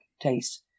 taste